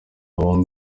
bombi